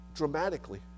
Dramatically